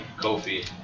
Kofi